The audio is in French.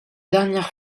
dernière